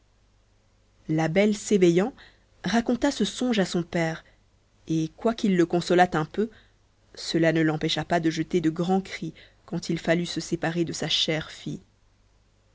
la belle en s'éveillant raconta ce songe à son père et quoiqu'il le consolât un peu cela ne l'empêcha pas de jeter de grands cris quand il fallut se séparer de sa chère fille